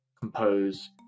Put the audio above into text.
compose